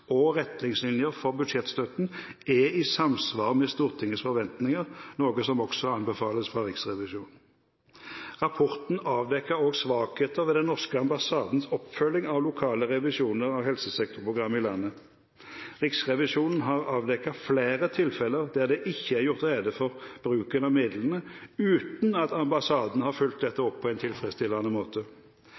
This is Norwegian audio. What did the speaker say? og retningslinjer for budsjettstøtten er i samsvar med Stortingets forventninger, noe som også anbefales fra Riksrevisjonen. Rapporten avdekket også svakheter ved den norske ambassadens oppfølging av lokale revisjoner av helsesektorprogrammet i landet. Riksrevisjonen har avdekket flere tilfeller der det ikke er gjort rede for bruken av midlene, uten at ambassaden har fulgt dette opp på en tilfredsstillende måte.